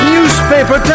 Newspaper